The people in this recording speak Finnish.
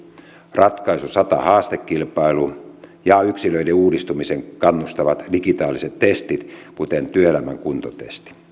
ratkaisu sata haastekilpailu ja yksilöiden uudistumiseen kannustavat digitaaliset testit kuten työelämän kuntotesti